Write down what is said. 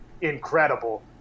incredible